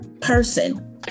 person